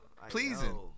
Pleasing